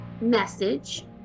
message